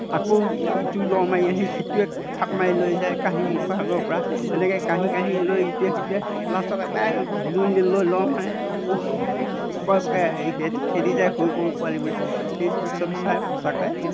আকৌ ইটো লৰ মাৰি আহি সিটোৱে থাপ মাৰি লৈ যায় কাঢ়ি মুখৰ আগৰ পৰা এনেকৈ কাঢ়ি কাঢ়ি লৈ ইটোৱে সিটোৱে লাষ্টত এটাই দূৰণিলে লৈ লৰ মাৰে আকৌ পোকই পোকই সিহঁতি খেদি যায় সৰু সৰু পোৱালিবোৰে সেই দৃশ্যটো চাই সঁচাকৈয়ে